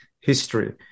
history